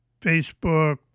Facebook